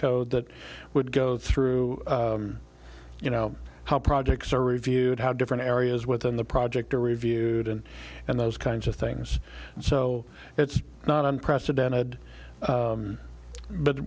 code that would go through you know how projects are reviewed how different areas within the project are reviewed and and those kinds of things so it's not unprecedented